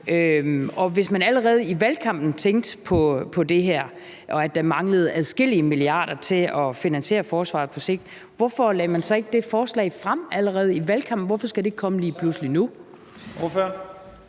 hvis man allerede i valgkampen tænkte på det her – at der manglede adskillige milliarder til at finansiere forsvaret på sigt – hvorfor lagde man så ikke det forslag frem allerede i valgkampen? Hvorfor skal det lige pludselig